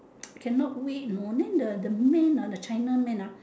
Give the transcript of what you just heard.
cannot wait know then the the man ah the china man ah